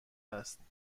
هستند